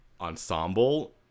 ensemble